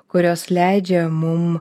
kurios leidžia mum